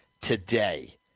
today